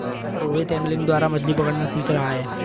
Rohit angling द्वारा मछ्ली पकड़ना सीख रहा है